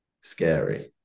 scary